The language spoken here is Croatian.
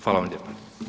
Hvala vam lijepo.